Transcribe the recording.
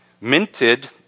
minted